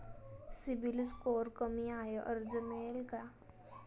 CIBIL score कमी आहे कर्ज मिळेल का?